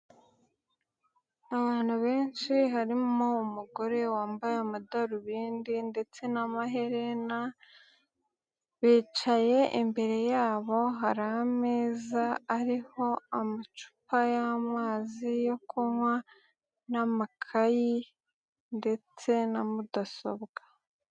Abantu benshi harimo umugore wambaye amadarubindi ndetse n'amaherena, bicaye imbere yabo hari ameza ariho amacupa y'amazi yo kunywa n'amakayi ndetse na mudasobwa.